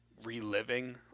reliving